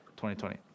2020